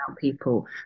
people